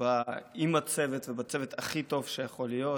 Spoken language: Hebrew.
עם הצוות ובצוות הכי טוב שיכול להיות,